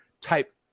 type